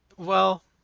well,